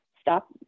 stop